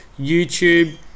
YouTube